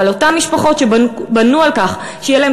אבל אותן משפחות שבנו על כך שיהיו להן